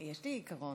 יש לי עיקרון.